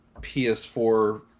PS4